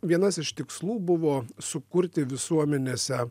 vienas iš tikslų buvo sukurti visuomenėse